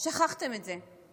שכחתם את זה.